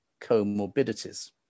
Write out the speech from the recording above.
comorbidities